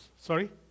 Sorry